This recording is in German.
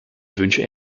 wünsche